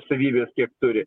savybes kiek turi